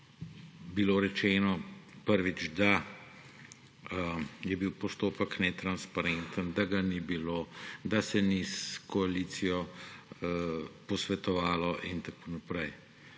bilo rečeno, da je bil postopek netransparenten, da ga ni bilo, da se ni s koalicijo posvetovalo in tako naprej.